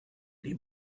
die